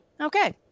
okay